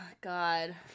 god